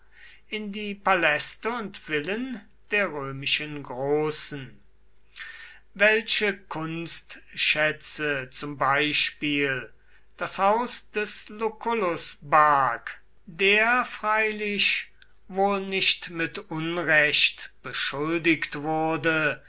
in die paläste und villen der römischen großen welche kunstschätze zum beispiel das haus des lucullus barg der freilich wohl nicht mit unrecht beschuldigt wurde